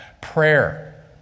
Prayer